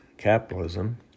capitalism